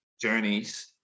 journeys